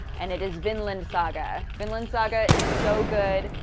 and it is vinland saga. vinland saga is so good.